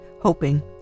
hoping